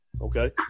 Okay